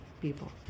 people